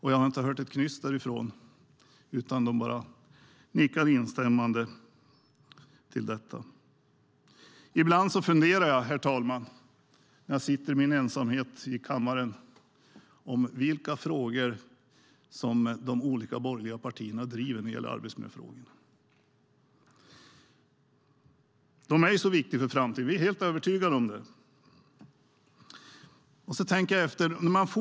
Jag har inte hört ett knyst därifrån utan de nickar instämmande. Ibland funderar jag, herr talman, när jag sitter ensam på min kammare över vilka frågor de olika borgerliga partierna driver när det gäller arbetsmiljön. Vi är helt övertygade om att dessa frågor är viktiga för framtiden.